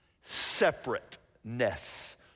Separateness